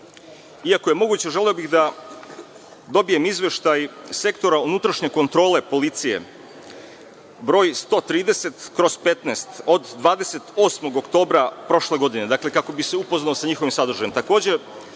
Ako je moguće, želeo bih da dobijem izveštaj Sektora unutrašnje kontrole policije broj 130/15 od 28. oktobra prošle godine, dakle, kako bih se upoznao sa njihovim sadržajem.